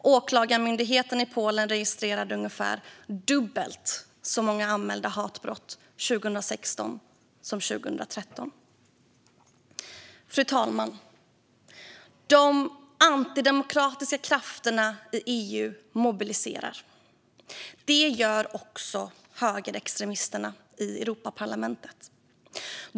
Åklagarmyndigheten i Polen registrerade ungefär dubbelt så många anmälda hatbrott 2016 som 2013. Fru talman! De antidemokratiska krafterna i EU mobiliserar. Det gör också högerextremisterna i Europaparlamentet.